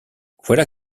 voilà